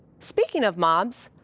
speaking of mobs,